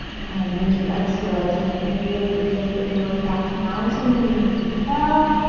and then use your exhale to reel it, reel it, reel it back to mountain. even if you fell,